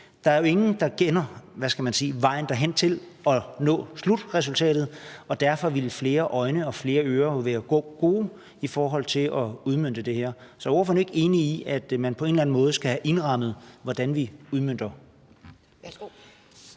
Der er jo ingen, der kender vejen hen til slutresultatet, og derfor ville det være godt med flere øjne og flere ører i forhold til at udmønte det her. Så er ordføreren ikke enig i, at man på en eller anden måde skal have indrammet, hvordan vi udmønter